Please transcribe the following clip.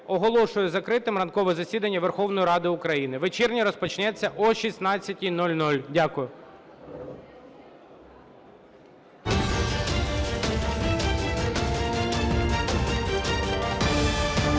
оголошую закритим ранкове засідання Верховної Ради України. Вечірнє розпочнеться об 16:00. Дякую.